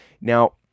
Now